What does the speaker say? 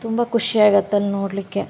ತುಂಬ ಖುಷಿ ಆಗತ್ತೆ ಅಲ್ಲಿ ನೋಡಲಿಕ್ಕೆ